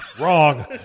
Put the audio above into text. wrong